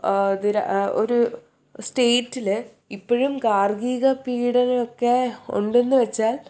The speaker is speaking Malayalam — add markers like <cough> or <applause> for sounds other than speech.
<unintelligible> ഒരു സ്റ്റേറ്റിൽ ഇപ്പോഴും ഗാർഹിക പീഡനമൊക്കെ ഉണ്ടെന്നു വച്ചാൽ